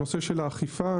נושא האכיפה,